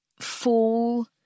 fall